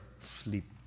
sleep